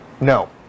no